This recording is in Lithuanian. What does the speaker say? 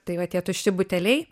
tai va tie tušti buteliai